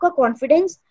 confidence